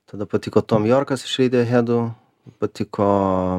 tada patiko tom jorkas iš reidijohedų patiko